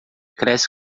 cresce